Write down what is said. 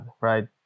right